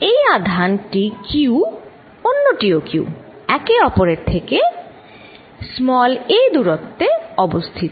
এই আধান টি Q অন্যটি ও Q এরা একে অপরের থেকে a দুরত্বে অবস্থিত